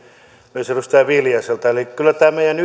myös edustaja viljaselta eli kyllä tämä meidän